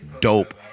dope